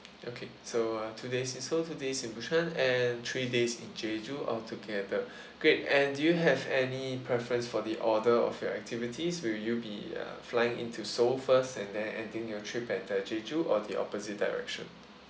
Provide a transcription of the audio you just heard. okay so uh two days in seoul two days in busan and three days in jeju altogether great and do you have any preference for the order of your activities will you be uh flying into seoul first and then ending your trip at uh jeju or the opposite direction